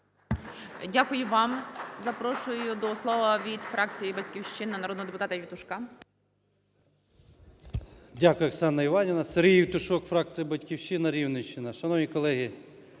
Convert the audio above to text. Дякую вам. Запрошую до слова від фракції "Батьківщина" народного депутатаЄвтушка. 13:11:50 ЄВТУШОК С.М. Дякую, Оксана Іванівна! СергійЄвтушок, фракція "Батьківщина", Рівненщина. Шановні колеги,